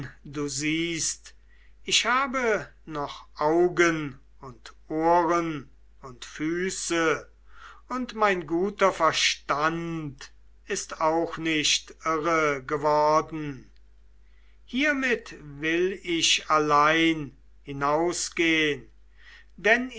du siehst ich habe noch augen und ohren und füße und mein guter verstand ist auch nicht irre geworden hiermit will ich allein hinausgehn denn